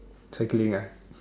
cycling ah